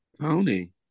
Tony